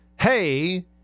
Hey